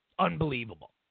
Unbelievable